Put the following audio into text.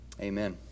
Amen